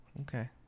okay